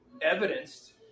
evidenced